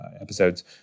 episodes